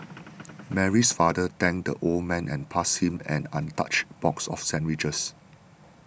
Mary's father thanked the old man and passed him an untouched box of sandwiches